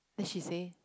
then she say